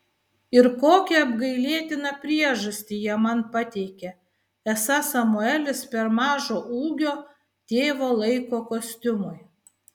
ir kokią apgailėtiną priežastį jie man pateikė esą samuelis per mažo ūgio tėvo laiko kostiumui